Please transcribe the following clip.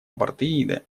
апартеида